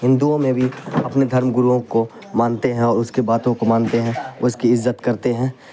ہندوؤں میں بھی اپنے دھرم گروؤں کو مانتے ہیں اور اس کے باتوں کو مانتے ہیں اس کی عزت کرتے ہیں